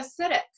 acidic